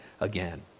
again